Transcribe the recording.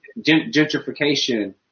gentrification